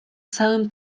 całym